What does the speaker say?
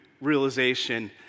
realization